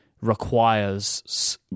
requires